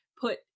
put